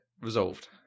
resolved